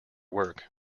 work